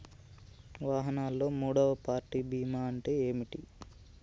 వాహనాల్లో మూడవ పార్టీ బీమా అంటే ఏంటి?